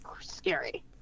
scary